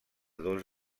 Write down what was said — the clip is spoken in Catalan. dos